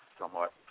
somewhat